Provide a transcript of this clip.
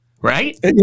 right